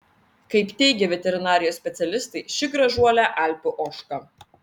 kaip teigė veterinarijos specialistai ši gražuolė alpių ožka